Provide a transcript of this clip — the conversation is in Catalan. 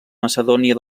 macedònia